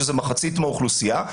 שזאת מחצית מהאוכלוסייה,